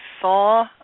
saw